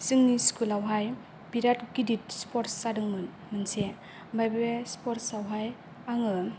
जोंनि स्कुलआवहाय बिराद गिदिर स्पर्टस जादोंमोन मोनसे ओमफाय बे स्पर्टसावहाय आङो